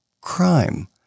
crime